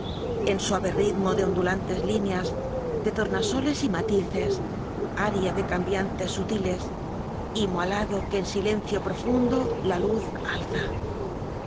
en suave ritmo de ondulantes líneas de tornasoles y matices aria de cambiantes sutiles himo alado que en silencio profundo la luz